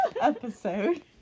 episode